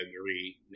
agree